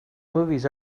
movies